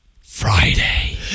Friday